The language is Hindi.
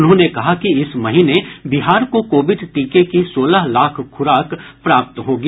उन्होंने कहा कि इस महीने बिहार को कोविड टीके की सोलह लाख ख्राक प्राप्त होगी